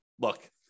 look